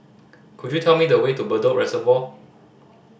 could you tell me the way to Bedok Reservoir